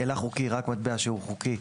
הילך חוקי; רק מטבע שהוא חוקי,